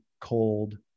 cold